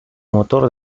motor